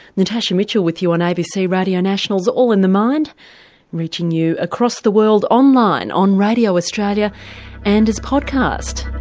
natasha mitchell with you on abc radio national's all in the mind reaching you across the world on line, on radio australia and as podcast.